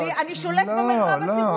ואתה אומר לי: אני שולט במרחב הציבורי,